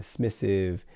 dismissive